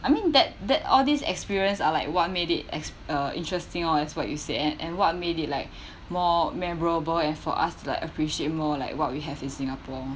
I mean that that all this experience are like what made it as uh interesting oh as what you say and and what made it like more memorable and for us like appreciate more like what we have in singapore